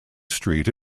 street